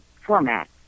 format